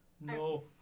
No